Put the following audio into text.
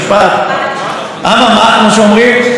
חבר הכנסת באסל גטאס נתפס על חם,